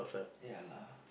ya lah